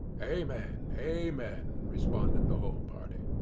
amen! amen! responded the whole party.